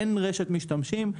אין רשת משתמשים,